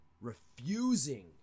Refusing